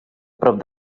prop